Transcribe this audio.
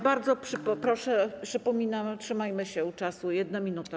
Bardzo proszę i przypominam: trzymajmy się czasu - 1 minuty.